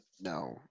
No